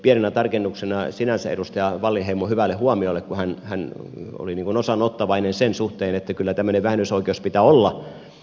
pienenä tarkennuksena edustaja wallinheimon sinänsä hyvälle huomiolle kun hän oli osaaottavainen sen suhteen että kyllä tämmöinen vähennysoikeus pitää olla